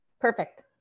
perfect